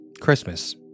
Christmas